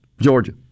Georgia